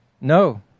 No